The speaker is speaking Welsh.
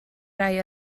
rai